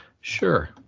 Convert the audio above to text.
sure